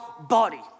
body